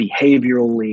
behaviorally